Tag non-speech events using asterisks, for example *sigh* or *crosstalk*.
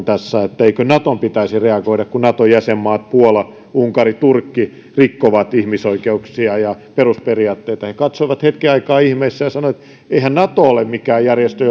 *unintelligible* tässä että eikö naton pitäisi reagoida kun naton jäsenmaat puola unkari ja turkki rikkovat ihmisoikeuksia ja perusperiaatteita he katsoivat hetken aikaa ihmeissään ja sanoivat että eihän nato ole mikään järjestö *unintelligible*